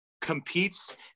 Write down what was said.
competes